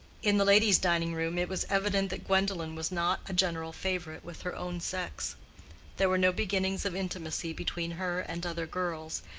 in the ladies' dining-room it was evident that gwendolen was not a general favorite with her own sex there were no beginnings of intimacy between her and other girls,